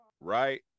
right